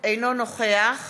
אינו נוכח